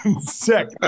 Sick